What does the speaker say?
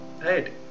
right